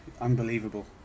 unbelievable